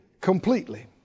completely